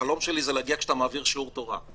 החלום שלי זה להגיע כשאתה מעביר שיעור תורה.